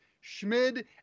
Schmid